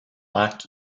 black